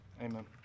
Amen